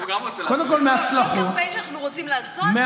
כל קמפיין שאנחנו רוצים לעשות,